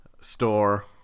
store